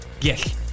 Yes